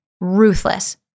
Ruthless